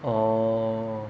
orh